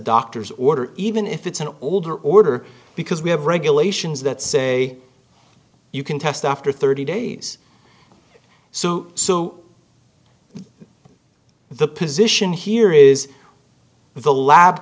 doctor's order even if it's an older order because we have regulations that say you can test after thirty days or so so the position here is if the lab